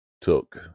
took